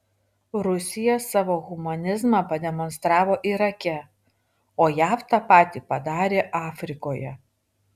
rusija savo humanizmą pademonstravo irake o jav tą patį padarė afrikoje